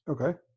Okay